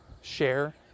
share